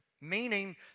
Meaning